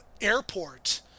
Airport